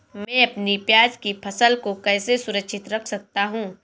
मैं अपनी प्याज की फसल को कैसे सुरक्षित रख सकता हूँ?